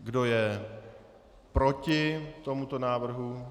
Kdo je proti tomuto návrhu?